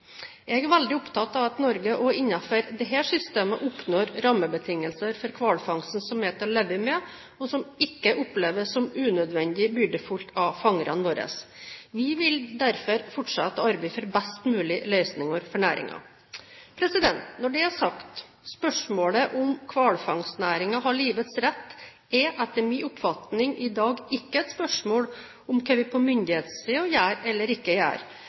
Jeg er veldig opptatt av at Norge også innenfor dette systemet oppnår rammebetingelser for hvalfangsten som er til å leve med, og som ikke oppleves som unødvendig byrdefulle av fangerne våre. Vi vil derfor fortsette å arbeide for best mulige løsninger for næringen. Når det er sagt: Spørsmålet om hvorvidt hvalfangstnæringen har livets rett, er etter min oppfatning i dag ikke et spørsmål om hva vi på myndighetssiden gjør eller ikke